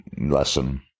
lesson